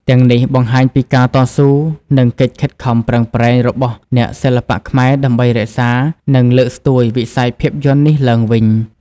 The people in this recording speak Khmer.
ទាំងនេះបង្ហាញពីការតស៊ូ និងកិច្ចខិតខំប្រឹងប្រែងរបស់អ្នកសិល្បៈខ្មែរដើម្បីរក្សា និងលើកស្ទួយវិស័យភាពយន្តនេះឡើងវិញ។